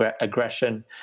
aggression